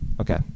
okay